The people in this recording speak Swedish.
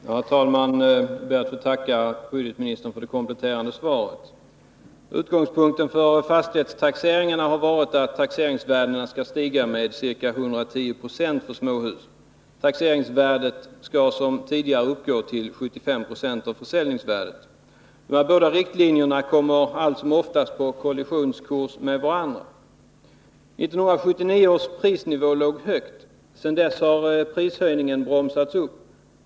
Herr talman! Jag ber att få tacka budgetministern för det kompletterande svaret. Utgångspunkten för fastighetstaxeringarna har varit att taxeringsvärdena skall stiga med ca 110 90 på småhus. Taxeringsvärdet skall som tidigare uppgå till 75 26 av försäljningspriset. Dessa båda riktlinjer kommer allt som oftast på kollisionskurs med varandra. 1979 års prisnivå låg högt. Sedan dess har prishöjningen bromsats upp.